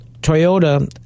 Toyota